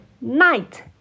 night